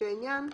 לפי העניין,